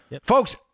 Folks